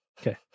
Okay